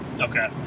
Okay